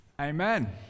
Amen